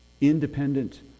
independent